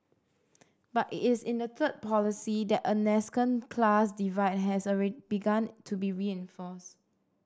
but it is in the third policy that a nascent class divide has begun to be reinforced